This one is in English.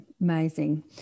Amazing